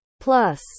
Plus